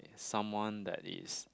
someone that is